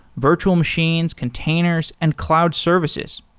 virtual machines, containers and cloud services.